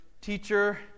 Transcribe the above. teacher